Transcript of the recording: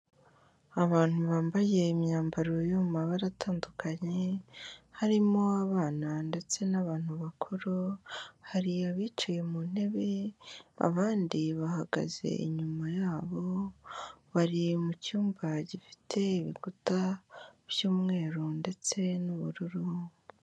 Abantu bambaye imyambaro yo mu mabara atandukanye, harimo abana ndetse n'abantu bakuru, hari abicaye mu ntebe, abandi bahagaze inyuma yabo, bari mu cyumba gifite ibikuta by'umweru ndetse n'ubururu.